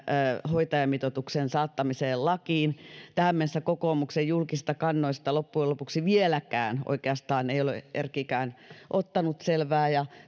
hoitajamitoituksen saattamiseen lakiin tähän mennessä kokoomuksen julkisista kannoista loppujen lopuksi vieläkään oikeastaan ei ole erkkikään ottanut selvää ja